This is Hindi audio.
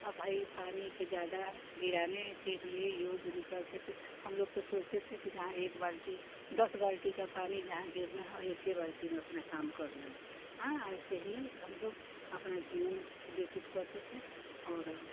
अब भाई पानी के ज़्यादा गिराने के लिए यूज़ नहीं करते थे हम लोग तो सोचते थे कि जहाँ एक बाल्टी दस बाल्टी का पानी जहाँ गिरना हो एक ही बाल्टी में अपना कम कर लें हाँ ऐसे ही हम लोग अपना जीवन व्यतीत करते थे और